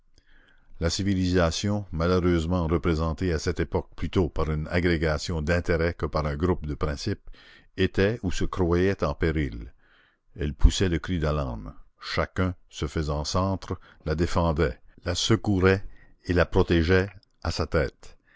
la civilisation malheureusement représentée à cette époque plutôt par une agrégation d'intérêts que par un groupe de principes était ou se croyait en péril elle poussait le cri d'alarme chacun se faisant centre la défendait la secourait et la protégeait à sa tête